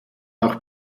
auch